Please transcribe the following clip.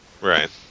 Right